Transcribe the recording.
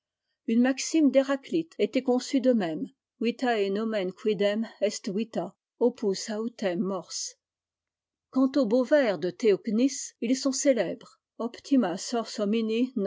une maxime d'heraclite était conçue de même vitae nomen quidem est vita opus autem mors m quant aux beaux vers de théognis ils sont célèbres c